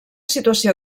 situació